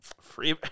Free